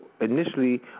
initially